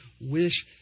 wish